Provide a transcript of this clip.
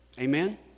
Amen